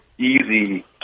easy